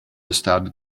started